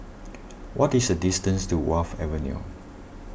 what is the distance to Wharf Avenue